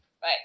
bye